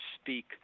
speak